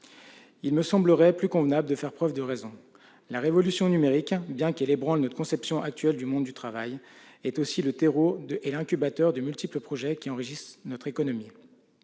Il me semblerait plus convenable de faire preuve de raison : la révolution numérique, bien qu'elle ébranle notre conception actuelle du monde du travail, est aussi le terreau et l'incubateur de multiples projets qui enrichissent notre économie.